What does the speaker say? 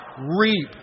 reap